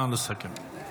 נא לסכם, בבקשה.